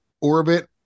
orbit